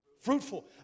Fruitful